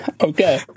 Okay